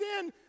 sin